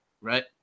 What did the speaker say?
right